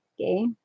okay